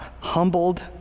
humbled